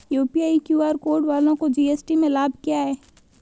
UPI QR code वालों को GST में लाभ क्या है?